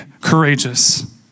courageous